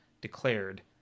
declared